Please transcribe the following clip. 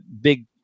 big